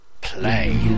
play